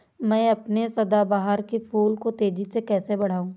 मैं अपने सदाबहार के फूल को तेजी से कैसे बढाऊं?